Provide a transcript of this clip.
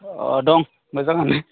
अह दं मोजाङानो